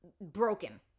broken